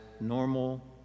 normal